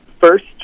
first